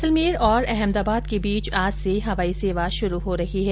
जैसलमेर और अहमदाबाद के बीच आज से हवाई सेवा शुरू हो रही है